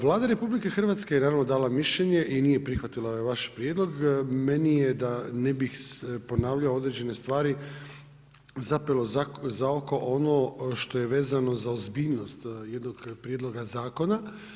Vlada RH je naravno dala mišljenje i nije prihvatila ovaj vaš prijedlog, meni je da ne ponavljao određene stvari zapelo za oko ono što je vezano za ozbiljnost jednog prijedloga zakona.